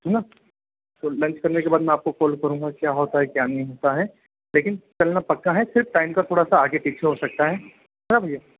है ना तो लंच करने के बाद मैं आपको कॉल करूंगा क्या होता हैं क्या नहीं होता हैं लेकिन चलना पक्का है सिर्फ टाइम का थोड़ा आगे पीछे हो सकता हैं हैं ना भैया